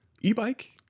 e-bike